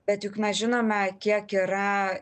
bet juk mes žinome kiek yra